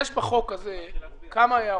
יש בחוק הזה כמה הערות,